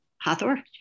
Hathor